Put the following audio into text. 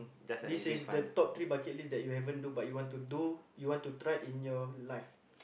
this is the top three bucket list that you haven't do but you want to do you want to try in your life